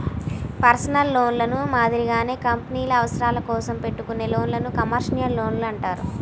personal లోన్లు మాదిరిగానే కంపెనీల అవసరాల కోసం పెట్టుకునే లోన్లను కమర్షియల్ లోన్లు అంటారు